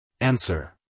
Answer